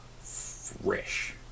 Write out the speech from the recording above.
fresh